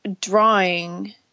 drawing